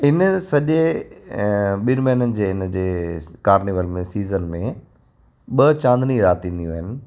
हिन सॼे ॿिनि महीननि जे हिनजे कार्नीवल में सीज़न में ॿ चांदनी राति ईंदियूं आहिनि